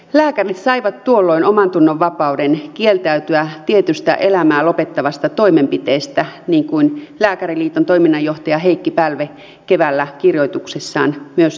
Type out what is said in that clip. lääkärit saivat tuolloin omantunnonvapauden kieltäytyä tietystä elämää lopettavasta toimenpiteestä niin kuin lääkäriliiton toiminnanjohtaja heikki pälve keväällä kirjoituksessaan myös totesi